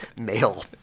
male